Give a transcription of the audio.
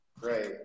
great